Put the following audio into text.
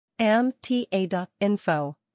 MTA.info